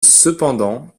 cependant